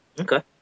Okay